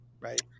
right